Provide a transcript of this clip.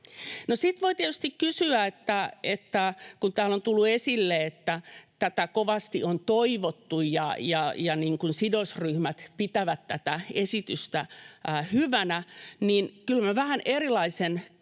data on avainasemassa. No, kun täällä on tullut esille, että tätä kovasti on toivottu ja sidosryhmät pitävät tätä esitystä hyvänä, niin kyllä minä vähän erilaisen kuvan